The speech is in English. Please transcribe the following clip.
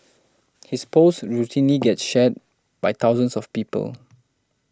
his posts routinely get shared by thousands of people